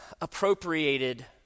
appropriated